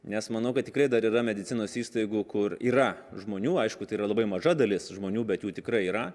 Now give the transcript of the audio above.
nes manau kad tikrai dar yra medicinos įstaigų kur yra žmonių aišku tai yra labai maža dalis žmonių bet jų tikrai yra